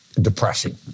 depressing